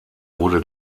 wurde